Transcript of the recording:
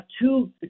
two